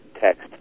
Text